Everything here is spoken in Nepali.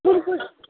तुलफुल